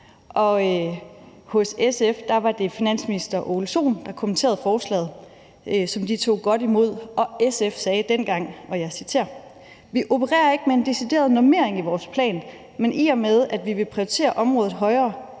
og hos SF var det Ole Sohn, der kommenterede forslaget, som de tog godt imod, og SF sagde dengang – og jeg citerer: Vi opererer ikke med en decideret normering i vores plan, men i og med at vi vil prioritere området højere,